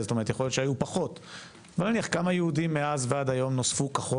הבודדה הזאת והקשוחה כשאין לך אף אחד.